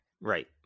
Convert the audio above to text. Right